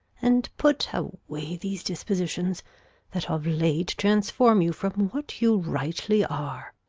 and put away these dispositions that of late transform you from what you rightly are.